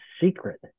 secret